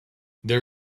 there